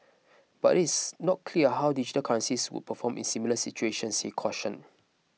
but it is not clear how digital currencies would perform in similar situations he cautioned